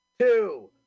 two